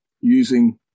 using